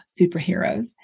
superheroes